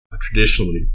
traditionally